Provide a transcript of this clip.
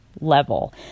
level